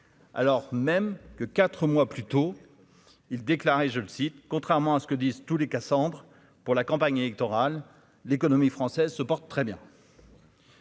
alors même que, 4 mois plus tôt, il déclaré, je le cite, contrairement à ce que disent tous les Cassandre pour la campagne électorale, l'économie française se porte très bien.